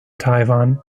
taiwan